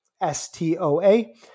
S-T-O-A